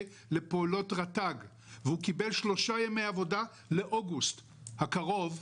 לפעולות רט"ג והוא קיבל שלושה ימי עבודה לאוגוסט הקרוב,